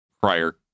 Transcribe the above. prior